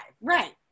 right